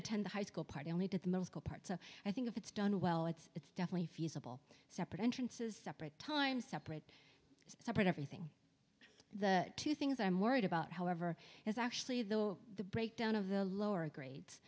attend the high school party and we did in the school part so i think if it's done well it's definitely feasible separate entrances separate time separate separate everything the two things i'm worried about however is actually the the breakdown of the lower grades